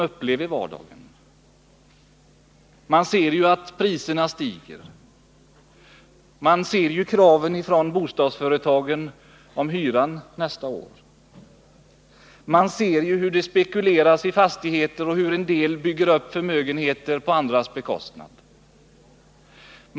De ser hur priserna stiger. De ser kraven från bostadsföretagen om hyran nästa år. De ser hur det spekuleras i fastigheter och hur somliga bygger upp förmögenheter på andras bekostnad.